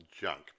junk